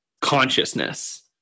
consciousness